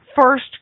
first